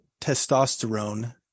testosterone